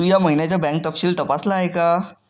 तू या महिन्याचं बँक तपशील तपासल आहे का?